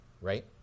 right